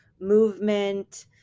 movement